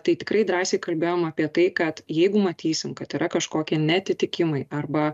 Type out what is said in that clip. tai tikrai drąsiai kalbėjom apie tai kad jeigu matysim kad yra kažkokie neatitikimai arba